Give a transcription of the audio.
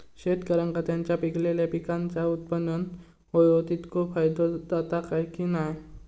शेतकऱ्यांका त्यांचा पिकयलेल्या पीकांच्या उत्पन्नार होयो तितको फायदो जाता काय की नाय?